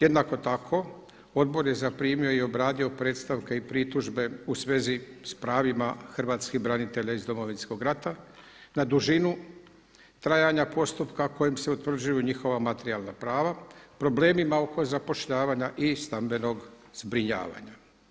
Jednako tako Odbor je zaprimio i obradio predstavke i pritužbe u svezi s pravima hrvatskih branitelja iz Domovinskog rata na dužinu trajanja postupka kojim se utvrđuju njihova materijalna prava, problemima oko zapošljavanja i stambenog zbrinjavanja.